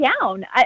down